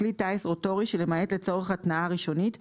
- כלי טיס רוטורי שלמעט לצורך התנעה ראשונית,